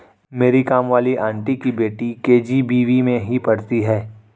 मेरी काम वाली आंटी की बेटी के.जी.बी.वी में ही पढ़ती है